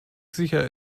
sicher